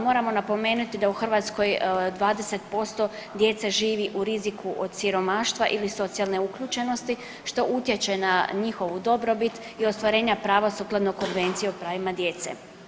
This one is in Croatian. Moramo napomenuti da u Hrvatskoj 20% djece živi u riziku od siromaštva ili socijalne uključenosti što utječe na njihovu dobrobit i ostvarenja prava sukladno Konvenciji o pravima djece.